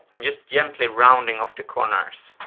i'm just gently rounding off the corners.